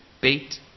Beat